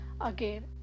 Again